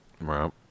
Right